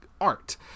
art